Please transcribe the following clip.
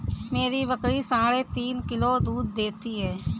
मेरी बकरी साढ़े तीन किलो दूध देती है